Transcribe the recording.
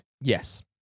Yes